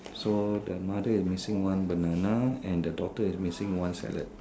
so the mother is missing one banana and the daughter is missing one salad